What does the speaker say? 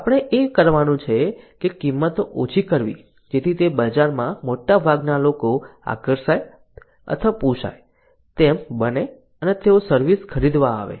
આપણે એ કરવાનું છે કે કિંમતો ઓછી કરવી જેથી તે બજારમાં મોટાભાગના લોકો આકર્ષાય અથવા પોસાય તેમ બને અને તેઓ સર્વિસ ખરીદવા આવે